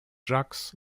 jacques